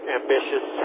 ambitious